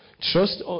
Trust